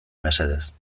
mesedez